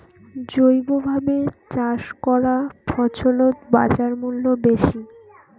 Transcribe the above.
জৈবভাবে চাষ করা ফছলত বাজারমূল্য বেশি